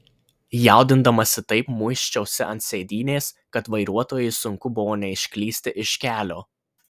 jaudindamasi taip muisčiausi ant sėdynės kad vairuotojui sunku buvo neišklysti iš kelio